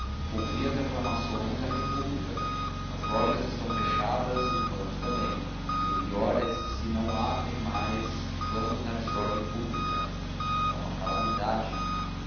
ouvi as aclamações à república as lojas estão fechadas os bancos também e o pior é se se não abrem mais se vamos na desordem pública é uma calamidade